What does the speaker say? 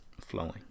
flowing